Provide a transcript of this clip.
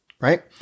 right